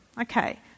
Okay